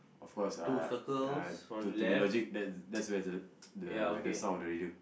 of course uh uh to to be logic that's that's where the the the sound of the radio